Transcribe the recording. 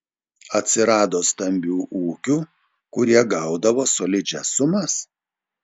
atsirado stambių ūkių kurie gaudavo solidžias sumas